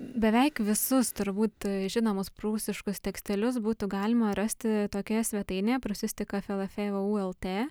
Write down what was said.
beveik visus turbūt žinomus prūsiškus tekstelius būtų galima rasti tokioje svetainėje prūsistika flf vu lt